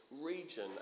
region